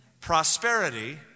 prosperity